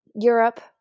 Europe